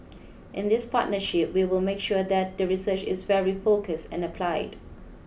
in this partnership we will make sure that the research is very focused and applied